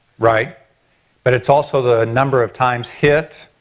right but it's also the number of times hit,